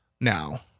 now